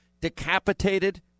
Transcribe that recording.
decapitated